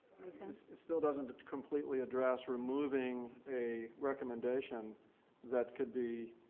make sense? it still doesn't completely address removing a recommendation that could be.